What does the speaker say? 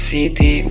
City